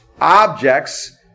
objects